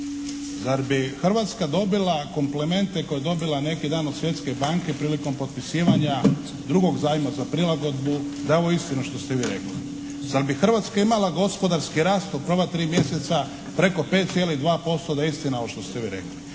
Zar bi Hrvatska dobila komplimente koje je dobila neki dan od Svjetske banke prilikom potpisivanja drugog zajma za prilagodbu da je ovo istina što ste vi rekla? Zar bi Hrvatska imala gospodarski rast u prva tri mjeseca preko 5,2% da je istina ovo što ste vi rekli?